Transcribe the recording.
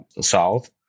south